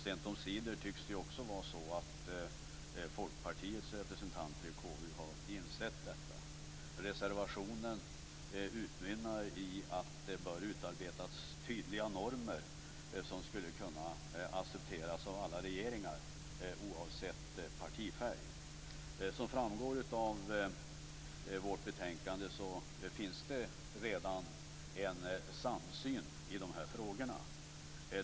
Sent omsider tycks också Folkpartiets representanter i KU ha insett detta. Reservationen utmynnar i att det bör utarbetas tydliga normer som skulle kunna accepteras av alla regeringar, oavsett partifärg. Som framgår av vårt betänkande finns det redan en samsyn i dessa frågor.